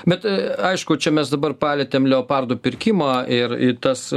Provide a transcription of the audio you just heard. bet aišku čia mes dabar palietėm leopardų pirkimą ir į tas